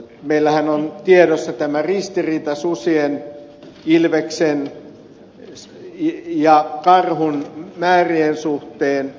meillähän on tiedossa tämä ristiriita suden ilveksen ja karhun määrien suhteen